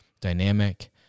dynamic